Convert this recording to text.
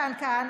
מתן כהנא,